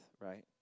right